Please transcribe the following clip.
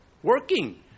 Working